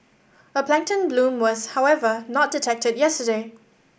a plankton bloom was however not detected yesterday